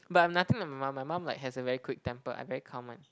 but I'm nothing like my mum my mum like has a very quick temper I very calm one